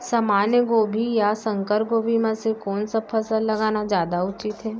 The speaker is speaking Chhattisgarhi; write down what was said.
सामान्य गोभी या संकर गोभी म से कोन स फसल लगाना जादा उचित हे?